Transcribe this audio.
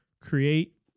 create